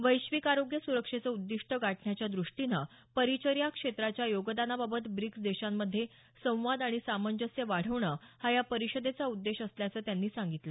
वैश्विक आरोग्य सुरक्षेचं उद्दिष्ट गाठण्याच्या दृष्टीनं परिचऱ्या क्षेत्राच्या योगदानाबाबत ब्रिक्स देशांमधे संवाद आणि सामंजस्य वाढवणं हा या परिषदेचा उद्देश असल्याचं त्यांनी सांगितलं